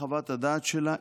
בחוות הדעת שלה,